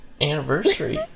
anniversary